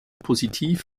positiv